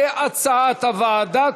כהצעת הוועדה,